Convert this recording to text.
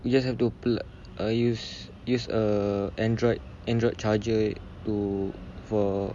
you just have to plug err use use a android android charger to for